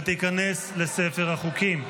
ותיכנס לספר החוקים.